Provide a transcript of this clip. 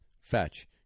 fetch